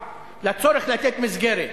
לצורך לתת מסגרת.